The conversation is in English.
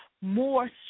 more